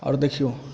आओर देखिऔ